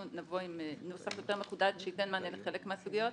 אנחנו נבוא עם נוסח יותר מחודד שייתן מענה לחלק מהסוגיות.